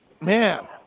man